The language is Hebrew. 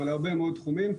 להרבה מאוד תחומים,